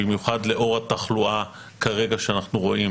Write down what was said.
במיוחד לאור התחלואה שאנחנו רואים,